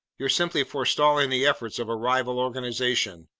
you're simply forestalling the efforts of a rival organization.